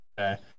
Okay